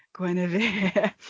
Guinevere